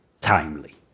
timely